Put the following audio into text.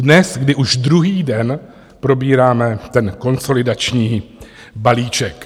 Dnes, kdy už druhý den probíráme ten konsolidační balíček.